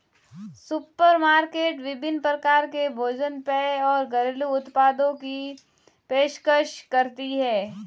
supermarket विभिन्न प्रकार के भोजन पेय और घरेलू उत्पादों की पेशकश करती है